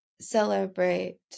celebrate